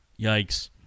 yikes